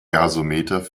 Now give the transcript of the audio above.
gasometer